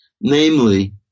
Namely